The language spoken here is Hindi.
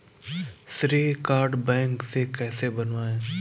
श्रेय कार्ड बैंक से कैसे बनवाएं?